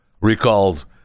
recalls